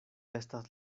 estas